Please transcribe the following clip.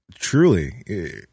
Truly